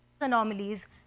anomalies